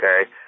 okay